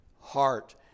heart